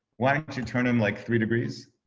why don't you turn em like three degrees?